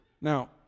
now